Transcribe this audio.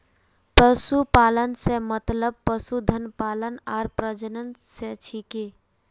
पशुपालन स मतलब पशुधन पालन आर प्रजनन स छिके